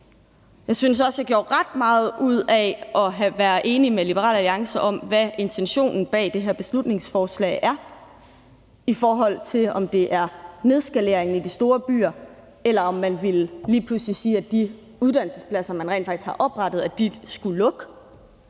Jeg synes også, at jeg gjorde ret meget ud af at være enig med Liberal Alliance i, hvad intentionen bag det her beslutningsforslag er, i forhold til om det er nedskaleringen i de store byer, eller om man lige pludselig ville sige, at de uddannelsespladser, der rent faktisk er oprettet, skulle lukke.